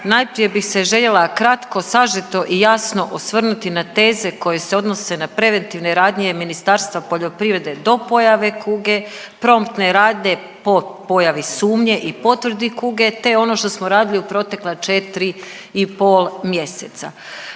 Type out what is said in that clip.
Najprije bih se željela kratko, sažeto i jasno osvrnuti na teze koje se odnose na preventivne radnje Ministarstva poljoprivrede do pojave kuge, promptne radnje po pojavi sumnje i potvrdi kuge, te ono što smo radili u protekla četiri i pol mjeseca.